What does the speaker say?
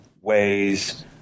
ways